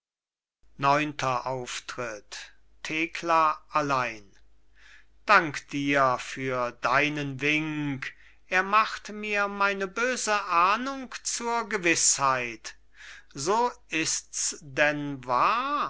neunter auftritt thekla allein dank dir für deinen wink er macht mir meine böse ahnung zur gewißheit so ists denn wahr